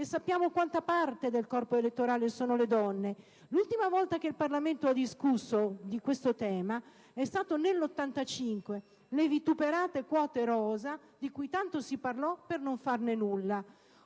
c'è e quanta parte del corpo elettorale sono le donne. L'ultima volta che il Parlamento ha discusso di questo tema è stato nel 1985, con le vituperate quote rosa, di cui tanto si parlò per poi non farne nulla.